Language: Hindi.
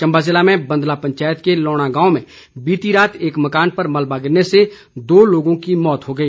चम्बा ज़िले में बंदला पंचायत के लौणा गांव में बीती रात एक मकान पर मलबा ग़िरने से दो लोगों की मौत हो गई